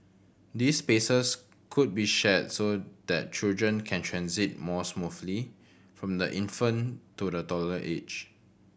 these spaces could be shared so that children can transit more smoothly from the infant to the toddler age